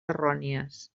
errònies